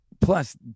plus